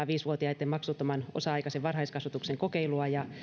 viisi vuotiaitten maksuttoman osa aikaisen varhaiskasvatuksen kokeilua ja